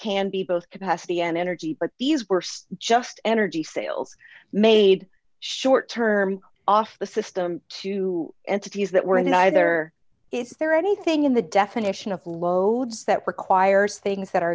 can be both capacity and energy but these were just energy sales made short term off the system to entities that were neither is there anything in the definition of loads that requires things that are